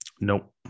nope